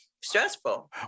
stressful